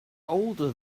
older